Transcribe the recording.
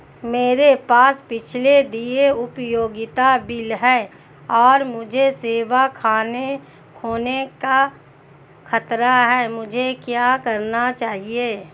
मेरे पास पिछले देय उपयोगिता बिल हैं और मुझे सेवा खोने का खतरा है मुझे क्या करना चाहिए?